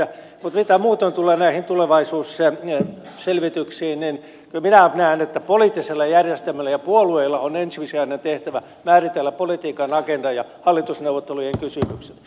mutta mitä muutoin tulee näihin tulevaisuusselvityksiin niin kyllä minä näen että poliittisella järjestelmällä ja puolueilla on ensisijainen tehtävä määritellä politiikan agenda ja hallitusneuvottelujen kysymykset